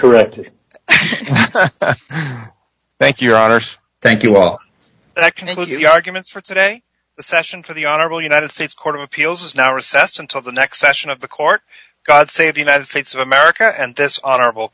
corrected thank your honour's thank you all that kind of look at the arguments for today session for the honorable united states court of appeals is now recessed until the next session of the court god save the united states of america and this honorable